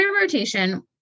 rotation